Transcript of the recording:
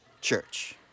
Church